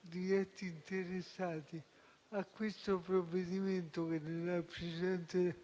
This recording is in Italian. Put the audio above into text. diretti interessati a questo provvedimento, che nella precedente